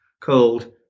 called